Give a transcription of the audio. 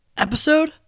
episode